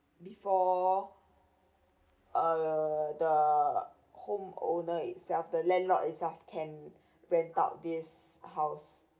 before uh the home owner itself the landlord itself can rent out this house